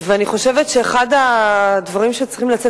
אני חושבת שאחד הדברים שצריכים לצאת